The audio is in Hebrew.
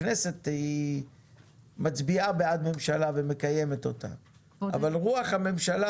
הכנסת מצביעה בעד ממשלה ומקיימת אותה אבל רוח הממשלה